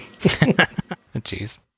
Jeez